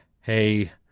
Hey